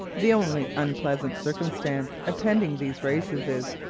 the only unpleasant circumstance attending these races is,